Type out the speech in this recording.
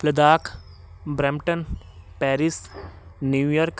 Ladakh Brampton Paris New York